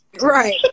right